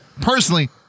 personally